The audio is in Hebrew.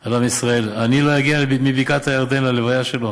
על עם ישראל, אני לא אגיע מבקעת-הירדן ללוויה שלו?